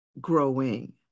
growing